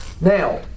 Now